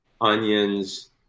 onions